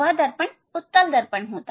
वह दर्पण उत्तल दर्पण होता है